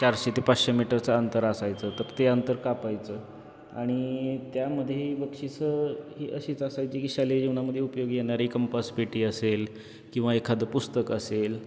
चारशे ते पाचशे मीटरचं अंतर असायचं तर ते अंतर कापायचं आणी त्यामध्ये बक्षिसं ही अशीच असायची की शालेय जीवनामध्ये उपयोगी येणारी कंपासपेटी असेल किंवा एखादं पुस्तक असेल